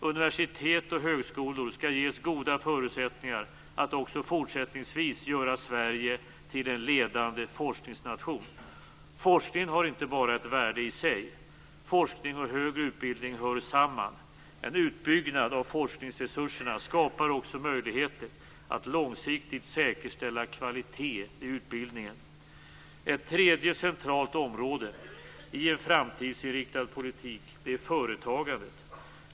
Universitet och högskolor skall ges goda förutsättningar att också fortsättningsvis göra Sverige till en ledande forskningsnation. Forskningen har inte bara ett värde i sig. Forskning och högre utbildning hör samman. En utbyggnad av forskningsresurserna skapar också möjligheter att långsiktigt säkerställa kvalitet i utbildningen. Ett tredje centralt område i en framtidsinriktad politik är företagandet.